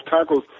tackles